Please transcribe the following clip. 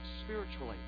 spiritually